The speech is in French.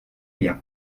bien